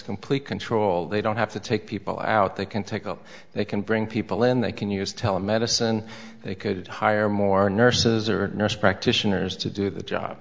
complete control they don't have to take people out they can take up they can bring people in they can use tele medicine they could hire more nurses or nurse practitioners to do the job